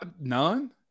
None